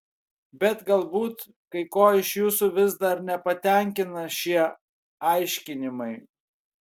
bet galbūt kai ko iš jūsų vis dar nepatenkina šie aiškinimai